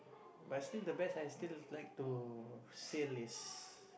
but still the best I still like to seal is